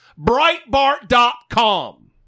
Breitbart.com